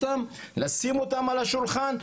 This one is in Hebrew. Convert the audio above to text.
לשים על השולחן,